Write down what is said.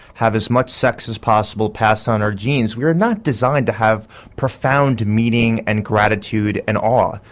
have as much sex as possible, pass on our genes. we are not designed to have profound meaning and gratitude and awe,